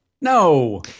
No